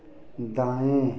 दाएँ